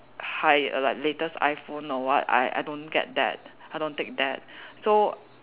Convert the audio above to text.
high like latest iPhone or what I I don't get that I don't take that so